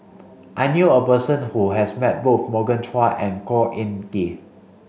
I knew a person who has met both Morgan Chua and Khor Ean Ghee